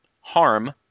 harm